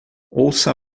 ouça